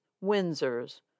windsor's